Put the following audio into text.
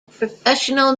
professional